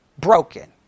broken